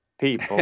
People